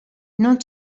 non